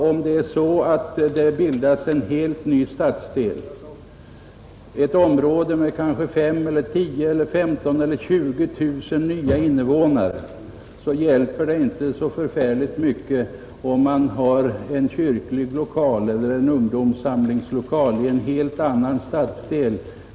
Om det bildas en helt ny stadsdel — ett område med kanske 5 000, 10 000, 15 000 eller 20 000 nya invånare — hjälper det inte så särskilt mycket om man har tillgång till en kyrklig ungdomssamlingslokal i en helt annan stadsdel.